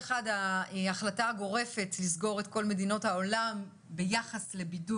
ההחלטה הגורפת לסגור את כל מדינות העולם ביחס לבידוד